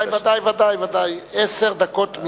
ודאי, ודאי, עשר דקות תמימות.